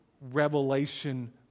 revelation